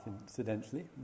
incidentally